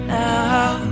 Now